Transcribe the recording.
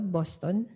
Boston